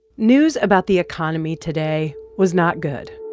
news about the economy today was not good.